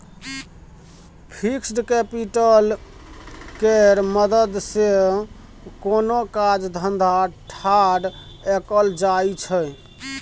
fixed capital केर मदद सँ कोनो काज धंधा ठाढ़ कएल जाइ छै